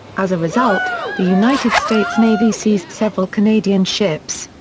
as a result, the united states navy seized several canadian ships.